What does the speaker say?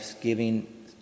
giving